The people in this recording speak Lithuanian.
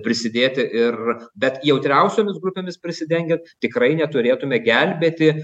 prisidėti ir bet jautriausiomis grupėmis prisidengiant tikrai neturėtume gelbėti